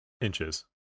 inches